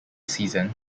season